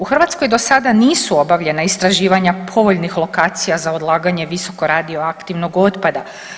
U Hrvatskoj dosada nisu obavljena istraživanja povoljnih lokacija za odlaganje visokoradioaktivnog otpada.